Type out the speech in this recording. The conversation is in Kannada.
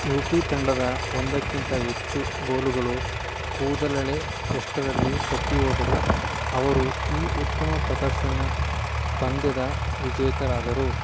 ಯು ಪಿ ತಂಡದ ಒಂದಕ್ಕಿಂತ ಹೆಚ್ಚು ಗೋಲುಗಳು ಕೂದಲೆಳೆಯಷ್ಟರಲ್ಲಿ ತಪ್ಪಿ ಹೋದರು ಅವರು ಈ ಉತ್ತಮ ಪ್ರದರ್ಶನ ಪಂದ್ಯದ ವಿಜೇತರಾದರು